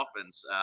offense